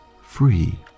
free